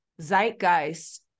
zeitgeist